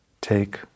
take